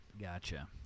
Gotcha